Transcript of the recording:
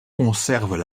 conservent